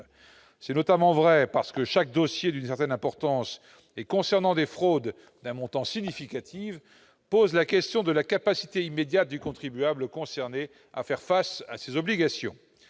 cas notamment parce que chaque dossier d'une certaine importance et concernant des fraudes d'un montant significatif pose la question de la capacité immédiate du contribuable concerné à faire face à ses obligations.